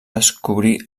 descobrir